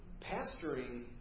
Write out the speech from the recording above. pastoring